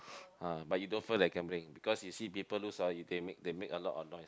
ah but you don't feel like gambling because you see people lose ah you they make they make a lot of noise